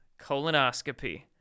colonoscopy